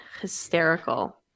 hysterical